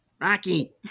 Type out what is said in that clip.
Rocky